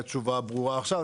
בבקשה.